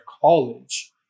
college